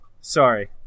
sorry